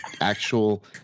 actual